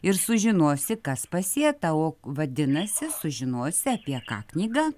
ir sužinosi kas pasėta o vadinasi sužinosi apie ką knyga